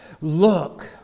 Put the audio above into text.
look